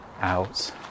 out